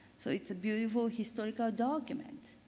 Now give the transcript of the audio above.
so, it's a beautiful historical document.